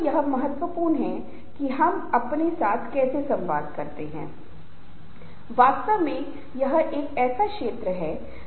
सबसे महत्वपूर्ण बात यह है कि समूह के सदस्यों के लोगों को नंबर 1 नंबर 2 के समान होना चाहिए उनके बीच उचित संवाद होना चाहिए और उनके बीच एक अच्छा रिश्ता होना चाहिए